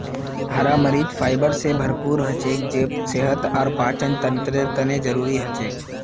हरा मरीच फाइबर स भरपूर हछेक जे सेहत और पाचनतंत्रेर तने जरुरी छिके